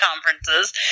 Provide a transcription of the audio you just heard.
conferences